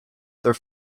their